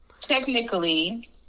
technically